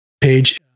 page